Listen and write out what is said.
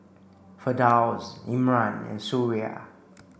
Firdaus Imran and Suria